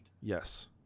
yes